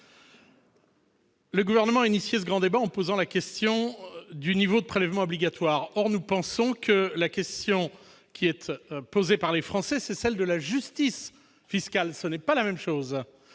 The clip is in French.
Le Gouvernement a lancé ce grand débat en posant la question du niveau des prélèvements obligatoires. Or nous pensons que la question qui est posée par les Français, c'est celle de la justice fiscale. Ce n'est pas la même chose